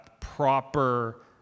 proper